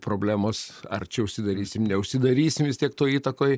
problemos ar čia užsidarysim neužsidarysim vis tiek toj įtakoj